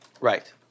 Right